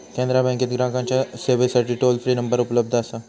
कॅनरा बँकेत ग्राहकांच्या सेवेसाठी टोल फ्री नंबर उपलब्ध असा